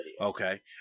Okay